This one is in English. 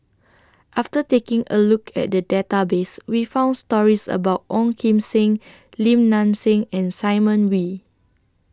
after taking A Look At The Database We found stories about Ong Kim Seng Lim Nang Seng and Simon Wee